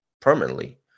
permanently